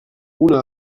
una